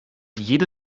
jede